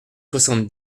soixante